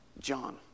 John